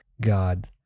God